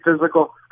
physical